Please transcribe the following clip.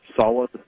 solid